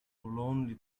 forlornly